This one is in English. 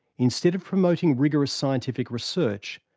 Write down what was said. instead of promoting rigorous scientific research,